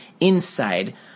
inside